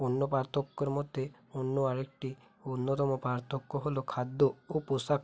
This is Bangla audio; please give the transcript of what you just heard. অন্য পার্থক্যের মধ্যে অন্য আরেকটি অন্যতম পার্থক্য হলো খাদ্য ও পোশাক